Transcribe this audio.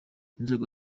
inzego